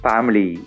Family